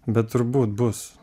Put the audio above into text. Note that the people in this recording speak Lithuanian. bet turbūt bus